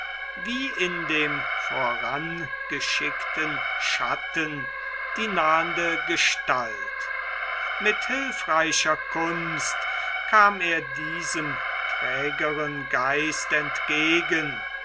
wie in dem vorangeschickten schatten die nahende gestalt mit hilfreicher kunst kam er diesem trägeren geist entgegen